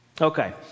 Okay